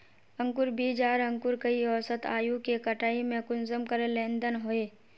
अंकूर बीज आर अंकूर कई औसत आयु के कटाई में कुंसम करे लेन देन होए?